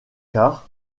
quarts